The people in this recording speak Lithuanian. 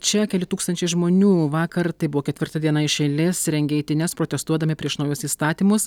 čia keli tūkstančiai žmonių vakar tai buvo ketvirta diena iš eilės rengia eitynes protestuodami prieš naujus įstatymus